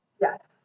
Yes